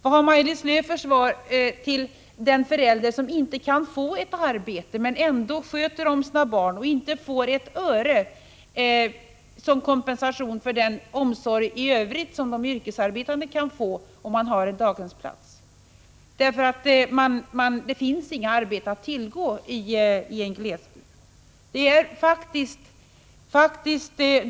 Vad har Maj-Lis Lööw för svar till den förälder som är bosatt i en glesbygd där inget arbete finns att få men som sköter om sina barn och inte får ett öre som kompensation för den omsorg som de yrkesarbetande får om de har en daghemsplats?